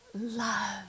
love